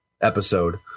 episode